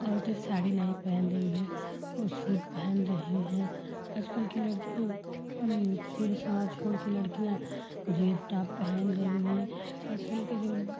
औरतें साड़ी नहीं पहन रही हैं वह सूट पहन रही हैं आजकल की लड़की सूट सलवार छोड़कर लड़कियाँ जीन्स टॉप पहन रही हैं आजकल के जो